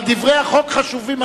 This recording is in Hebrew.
אבל דברי החוק חשובים הרבה יותר.